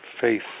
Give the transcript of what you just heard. Faith